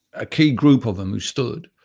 a key group of them who stood.